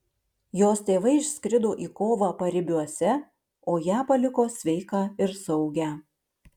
jos tėvai išskrido į kovą paribiuose o ją paliko sveiką ir saugią